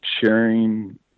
sharing